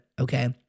okay